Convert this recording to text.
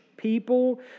People